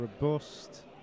robust